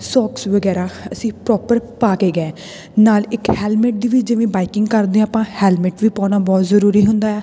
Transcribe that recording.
socks ਵਗੈਰਾ ਅਸੀਂ proper ਪਾ ਕੇ ਗਏ ਨਾਲ ਇੱਕ ਹੈਲਮੇਟ ਦੀ ਵੀ ਜਿਵੇਂ ਬਾਈਕਿੰਗ ਕਰਦੇ ਹਾਂ ਆਪਾਂ ਹੈਲਮੇਟ ਵੀ ਪਾਉਣਾ ਬਹੁਤ ਜ਼ਰੂਰੀ ਹੁੰਦਾ ਹੈ